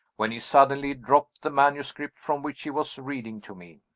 when he suddenly dropped the manuscript from which he was reading to me.